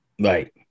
Right